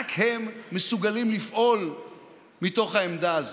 רק הם מסוגלים לפעול מתוך העמדה הזאת.